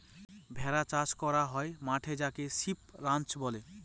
ভেড়া চাষ করা হয় মাঠে যাকে সিপ রাঞ্চ বলে